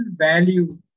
value